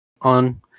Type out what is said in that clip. on